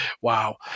Wow